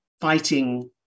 fighting